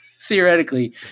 theoretically